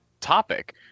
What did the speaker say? topic